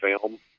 film